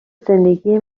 زندگی